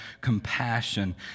compassion